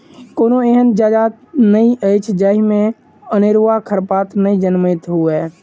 कोनो एहन जजाति नै अछि जाहि मे अनेरूआ खरपात नै जनमैत हुए